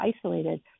isolated